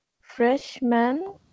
freshman